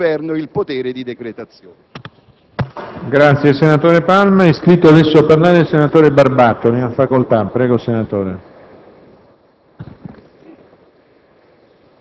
per conferire al Governo il potere di decretazione.